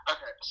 Okay